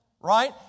Right